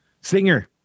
Singer